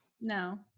no